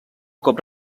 cop